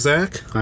Zach